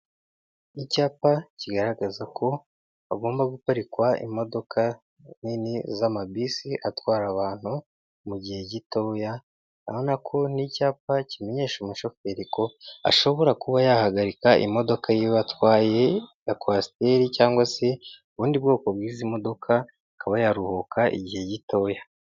Icyapa kigaragaza ko hagomba guparikwa imodoka nini z'amabisi atwara abantu mu gihe gitoya, uraabona ko ni icyapa kimenyesha umushoferi ko ashobora kuba yahagarika imodoka atwaye ya kwasiteri cyangwa se ubundi bwoko bw'izi modoka; ikaba yaruhuka igihe gitoya.